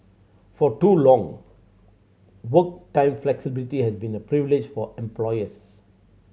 for too long work time flexibility has been a privilege for employers